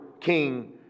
King